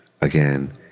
again